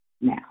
Now